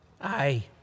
Aye